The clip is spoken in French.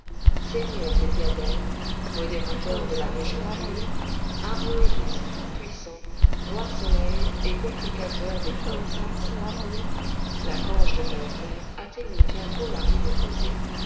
seigneur des diadèmes modérateur de la région pure aroëris tout-puissant roi soleil et conculcateur des peuples la cange de tahoser atteignit bientôt la rive opposée